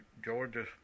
Georgia